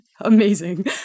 Amazing